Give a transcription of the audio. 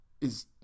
Is